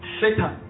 Satan